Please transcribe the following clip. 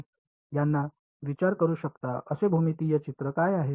तर आपण कसे फंक्शन्स याचा विचार करू शकता असे भूमितीय चित्र काय आहे